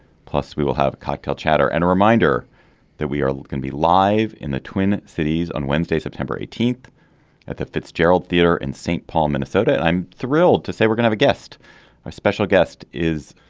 plus we will have a cocktail chatter and a reminder that we are can be live in the twin cities on wednesday september eighteenth at the fitzgerald theater in st. paul minnesota. i'm thrilled to say we're gonna a guest a special guest is